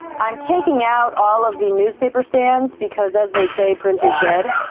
i'm taking out all of the newspaper stands because, as they say, print is dead.